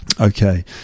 Okay